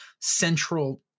central